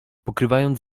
pokrywając